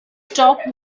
stock